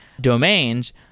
domains